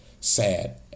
sad